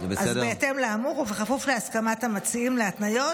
בהתאם לאמור ובכפוף להסכמת המציעים להתניות,